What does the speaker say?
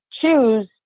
choose